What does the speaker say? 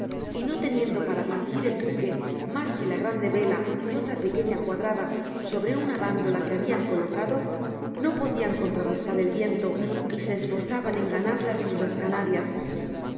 y no teniendo para dirigir el buque mas que la grande vela y otra pequeña cuadrada sobre una bandola que habian colocado no podian contrarestar el viento y se esforzaban en ganar las islas canarias